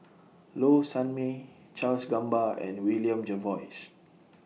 Low Sanmay Charles Gamba and William Jervois